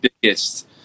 biggest